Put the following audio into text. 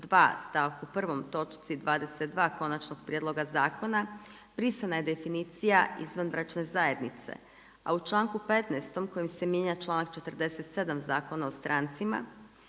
stavku 1. točci 22. konačnog prijedloga zakona, brisana je definicija izvanbračne zajednice, a u članku 15. kojim se mijenja članak 47. Zakona o strancima,